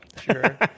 Sure